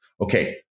Okay